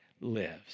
lives